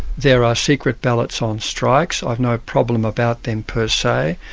there are secret ballots on strikes i've no problem about them per se,